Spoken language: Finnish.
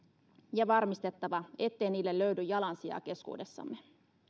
ja varmistettava ettei niille löydy jalansijaa keskuudessamme